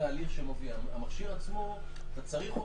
המכשיר עצמו אתה צריך,